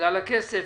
בגלל הכסף,